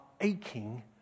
aching